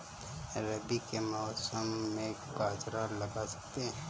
रवि के मौसम में बाजरा लगा सकते हैं?